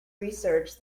research